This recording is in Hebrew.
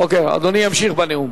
אוקיי, אדוני ימשיך בנאום.